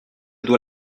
dois